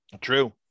true